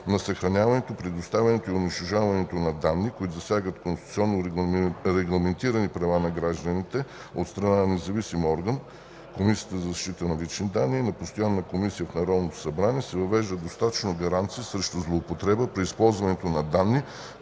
на съхраняването, предоставянето и унищожаването на данни, които засягат конституционно регламентирани права на гражданите, от страна на независим орган (Комисията за защита на личните данни) и на постоянна комисия в Народното събрание се въвеждат достатъчно гаранции срещу злоупотреба при използването на данни,